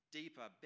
deeper